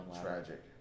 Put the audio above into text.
tragic